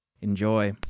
Enjoy